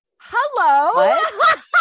hello